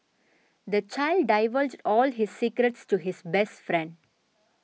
the child divulged all his secrets to his best friend